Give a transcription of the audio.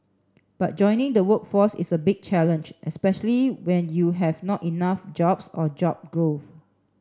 but joining the workforce is a big challenge especially when you have not enough jobs or job growth